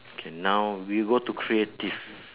K now we'll go to creative